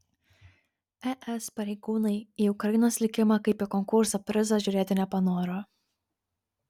es pareigūnai į ukrainos likimą kaip į konkurso prizą žiūrėti nepanoro